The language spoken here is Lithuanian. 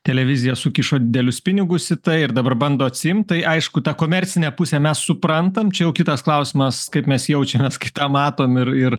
televizija sukišo didelius pinigus į tai ir dabar bando atsiimt tai aišku tą komercinę pusę mes suprantam čia jau kitas klausimas kaip mes jaučiamės kai tą matom ir ir